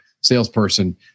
salesperson